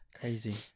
Crazy